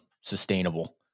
sustainable